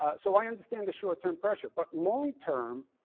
so i understand the short-term pressure. but long term,